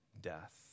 death